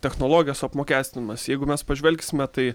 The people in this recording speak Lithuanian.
technologijos apmokestinimas jeigu mes pažvelgsime tai